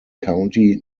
county